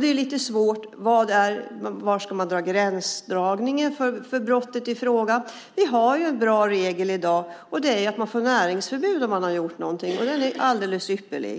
Det är lite svårt att veta var man ska dra gränsen för brottet i fråga. Vi har en bra regel i dag, och det är att man får näringsförbud om man har gjort någonting, och den är alldeles ypperlig.